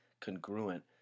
congruent